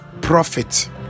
profit